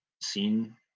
seen